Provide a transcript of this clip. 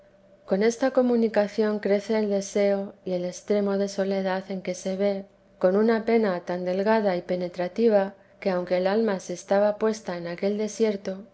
con esta comunicación crece el deseo y el extremo de soledad en que se ve con una pena tan delgada y penetrativa que aunque el alma se estaba puesta en aquel desierto